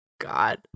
God